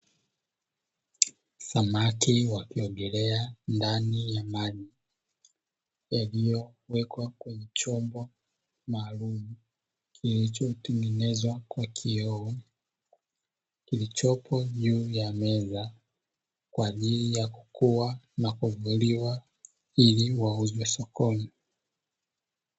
Samaki wakiogelea ndani ya maji yaliyowekwa kwenye chombo maalumu, kilichotengenezwa kwa kioo kilichopo juu ya meza kwa ajili ya kukua na kuvuliwa ili wauzwe sokoni.